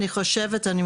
אני חושבת,